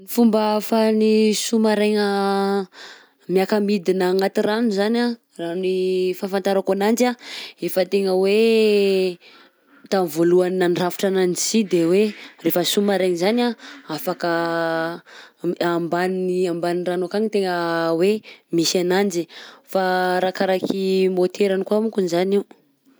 Ny fomba afahan'ny sous-marin-gna miaka-midina agnaty rano zany anh raha ny fahafantarako ananjy anh efa tegna hoe tam'voloahany nandrafitra ananjy si de hoe rehefa sous-marin-gna zany a afaka m- ambanin'ny ambany rano akagny tegna hoe misy ananjy, fa arakaraka i môterany koa monkony zany io.